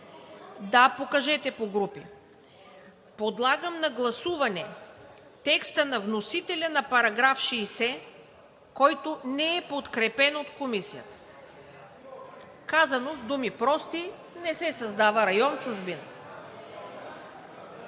е прието. Подлагам на гласуване текста на вносителя на § 60, който не е подкрепен от Комисията. Казано с думи прости, не се създава район „Чужбина“.